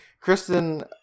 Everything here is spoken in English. Kristen